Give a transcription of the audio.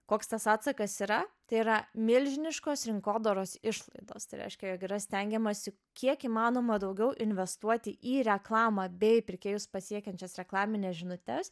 koks tas atsakas yra tai yra milžiniškos rinkodaros išlaidos tai reiškia jog yra stengiamasi kiek įmanoma daugiau investuoti į reklamą bei pirkėjus pasiekiančias reklamines žinutes